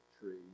tree